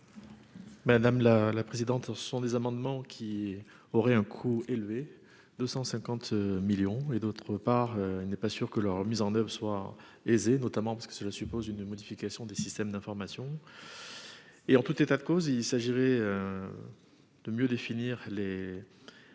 Madame la présidente, ce sont des amendements qui aurait un coût élevé : 250 millions et d'autre part, il n'est pas sûr que leur mise en oeuvre soir aisés, notamment parce que cela suppose une modification des systèmes d'information et en tout état de cause, il s'agirait de mieux définir les